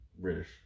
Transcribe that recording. British